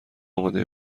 اماده